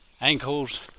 ankles